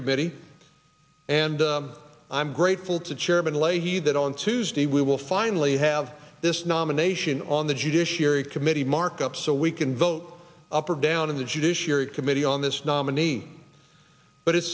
committee and i'm grateful to chairman leahy that on tuesday we will finally have this nomination on the judiciary committee markup so we can vote up or down in the judiciary committee on this nominee but it